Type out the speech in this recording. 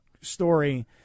story